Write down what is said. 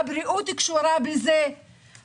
הבריאות קשורה בזה,